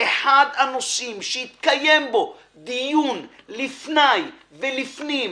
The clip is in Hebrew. אחד הנושאים שהתקיים בו דיון לפני ולפנים,